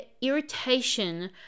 irritation